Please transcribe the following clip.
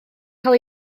cael